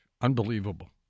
Unbelievable